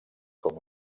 com